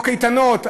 או קייטנות.